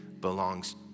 belongs